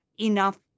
enough